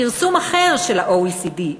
פרסום אחר של ה-OECD,